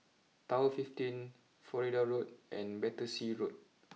Tower fifteen Florida Road and Battersea Road